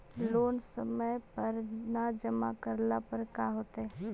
Loan समय पर न जमा करला पर का होतइ?